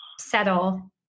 settle